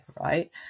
right